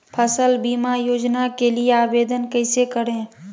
फसल बीमा योजना के लिए आवेदन कैसे करें?